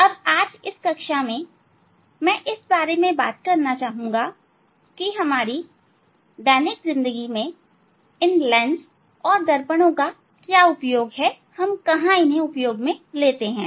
अब इस कक्षा में मैं इस बारे में चर्चा करना चाहूंगा कि हमारे दैनिक जिंदगी में इन लेंस और दर्पण का क्या उपयोग है